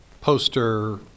poster